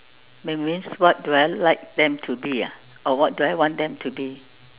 that means what do I like them to be ah or what do I want them to be